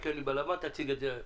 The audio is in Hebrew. תסתכל לי בלבן תציב את זה.